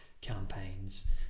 campaigns